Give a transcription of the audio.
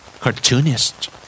Cartoonist